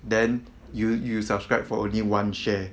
then you you subscribe for only one share